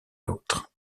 l’autre